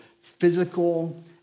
physical